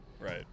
Right